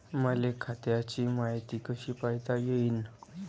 मले खात्याची मायती कशी पायता येईन?